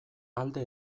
alde